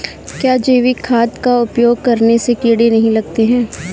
क्या जैविक खाद का उपयोग करने से कीड़े नहीं लगते हैं?